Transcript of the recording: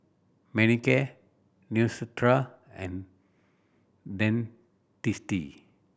Manicare Neostrata and Dentiste